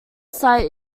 site